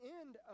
end